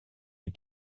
les